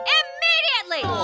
immediately